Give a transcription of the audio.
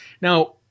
Now